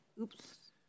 Oops